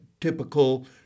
typical